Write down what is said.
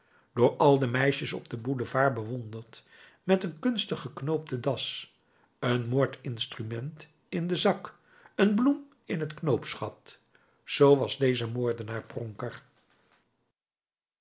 door al de meisjes op den boulevard bewonderd met een kunstig geknoopte das een moordinstrument in den zak een bloem in het knoopsgat zoo was deze